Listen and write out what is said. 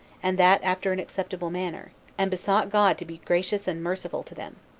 and that after an acceptable manner, and besought god to be gracious and merciful to them.